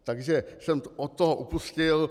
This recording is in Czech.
Takže jsem od toho upustil.